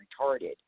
retarded